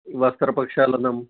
वस्त्रप्रक्षालनं